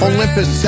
Olympus